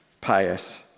pious